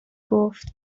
گفت